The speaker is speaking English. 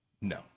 No